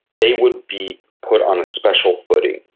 they would be put on a special footing,